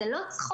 זה לא צחוק.